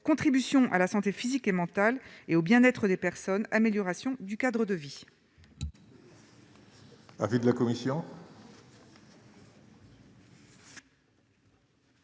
contribution à la santé physique et mentale et au bien-être des personnes, amélioration du cadre de vie.